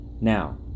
Now